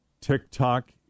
TikTok